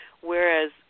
whereas